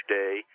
day